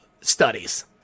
studies